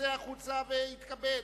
יצא החוצה ויתכבד.